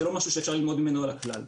זה לא משהו שאפשר ללמוד ממנו על הכלל.